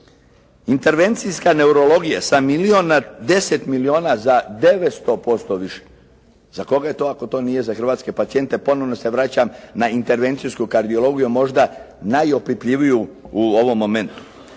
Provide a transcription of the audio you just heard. Intervencijska neurologija sa milijun na 10 milijuna, za 900% više. Za koga je to ako to nije za hrvatske pacijente, ponovo se vraćam na intervencijsku kardiologiju možda najopipljiviju u ovom momentu.